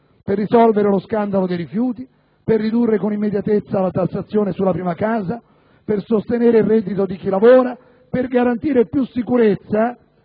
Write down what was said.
per risolvere lo scandalo dei rifiuti, ridurre con immediatezza la tassazione sulla prima casa, sostenere il reddito di chi lavora, garantire più sicurezza